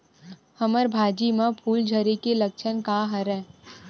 हमर भाजी म फूल झारे के लक्षण का हरय?